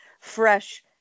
fresh